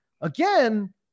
Again